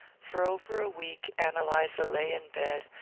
for over a week ann eliza lay in bed,